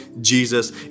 Jesus